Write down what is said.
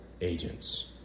agents